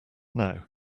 now